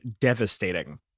devastating